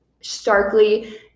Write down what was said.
starkly